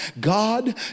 God